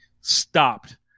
stopped